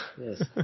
Yes